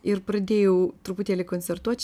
ir pradėjau truputėlį koncertuot